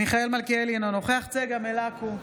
מיכאל מלכיאלי, אינו נוכח צגה מלקו,